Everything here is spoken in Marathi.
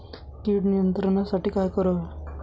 कीड नियंत्रणासाठी काय करावे?